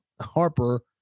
Harper